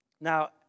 Now